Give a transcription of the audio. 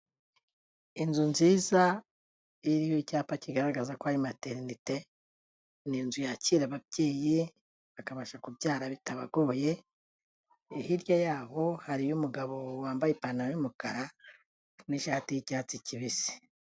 Inzu nziza iriho icyapa kigaragaza ko ari materinite ni inzu yakira ababyeyi bakabasha kubyara bitabagoye, hirya yaho hariyo umugabo wambaye ipantaro y'umukara n'ishati y'icyatsi kibisi.